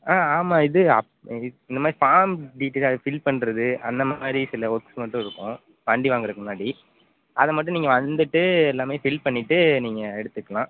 ஆ ஆமாம் இது அப் இ இந்த மாதிரி ஃபார்ம் டீட்டெயில் அது ஃபில் பண்ணுறது அந்த மாதிரி சில ஒர்க்ஸ் மட்டும் இருக்கும் வண்டி வாங்கறதுக்கு முன்னாடி அதை மட்டும் நீங்கள் வந்துவிட்டு எல்லாமே ஃபில் பண்ணிட்டு நீங்கள் எடுத்துக்கலாம்